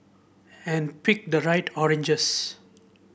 and pick the right oranges